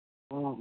ᱦᱚᱸ